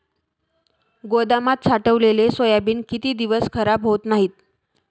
गोदामात साठवलेले सोयाबीन किती दिवस खराब होत नाही?